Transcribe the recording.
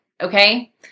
Okay